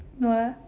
no lah